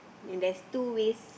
and there's two waist